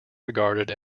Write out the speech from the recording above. regarded